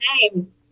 name